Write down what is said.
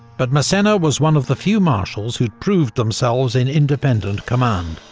but massena was one of the few marshals who'd proved themselves in independent command,